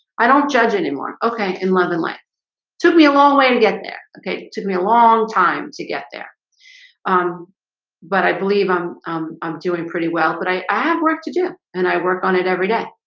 i don't judge anymore. okay and lovingly took me a long way to get there okay, it took me a long time to get there um but i believe i'm i'm doing pretty well. but i i have work to do and i work on it every day.